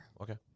Okay